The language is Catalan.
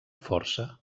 força